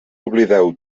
oblideu